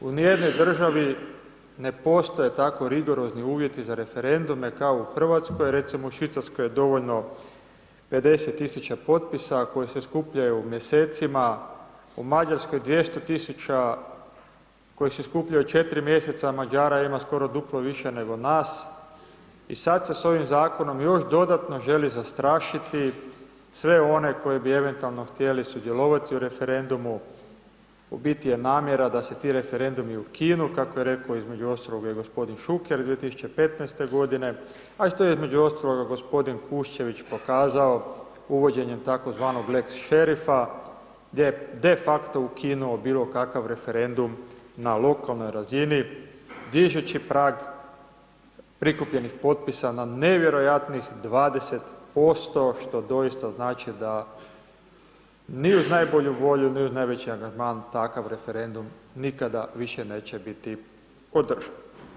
U ni jednoj državi ne postoje tako rigorozni uvjeti za referendume kao u Hrvatskoj, recimo u Švicarskoj je dovoljno 50.000 potpisa koji se skupljaju mjesecima, u Mađarskoj 200 tisuća koji se skupljaju 4 mjeseca, a Mađara ima skoro duplo više nego nas i sad se s ovim zakonom još dodatno želi zastrašiti sve one koji bi eventualno htjeli sudjelovati u referendumu, u biti je namjera da se ti referendumi ukinu kako je reko između ostaloga i gospodin Šuker 2015. godine, a što između ostaloga gospodin Kuščević pokazao uvođenjem tako zvanog Lex šerifa, gdje je de facto ukinuo bilo kakav referendum na lokalnoj razini dižući prag prikupljenih potpisa na nevjerojatnih 20%, što doista znači da ni uz najbolju volju, ni uz najveći angažman, takav referendum nikada neće biti održan.